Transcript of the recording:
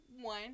one